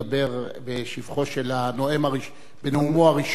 בשבחו של הנואם הראשון בנאומו הראשון,